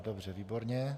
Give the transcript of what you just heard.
Dobře, výborně.